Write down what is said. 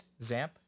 Zamp